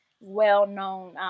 well-known